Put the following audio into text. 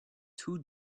two